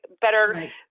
Better